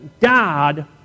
God